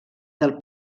del